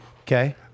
Okay